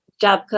Job